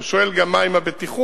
הוא שואל גם מה עם הבטיחות.